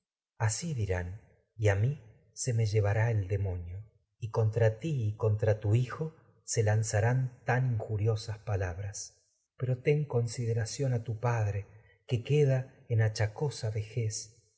posición dirán y a mi se me llevará el demonio y contra ti tragedias de sófocles y contra ten tu hijo se lanzarán a tan injuriosas que palabras en pero consideración tu padre queda acha cosa vejez